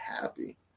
happy